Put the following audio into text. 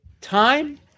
Time